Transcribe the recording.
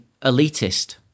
elitist